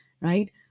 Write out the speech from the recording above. right